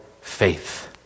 faith